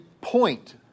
point